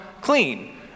clean